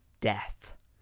death